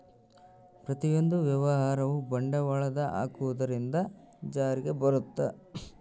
ಪ್ರತಿಯೊಂದು ವ್ಯವಹಾರವು ಬಂಡವಾಳದ ಹಾಕುವುದರಿಂದ ಜಾರಿಗೆ ಬರುತ್ತ